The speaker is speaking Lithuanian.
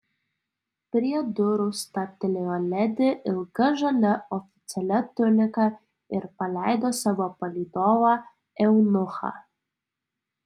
prie durų stabtelėjo ledi ilga žalia oficialia tunika ir paleido savo palydovą eunuchą